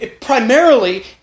primarily